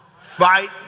Fight